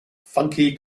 funky